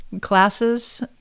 classes